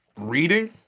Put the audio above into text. reading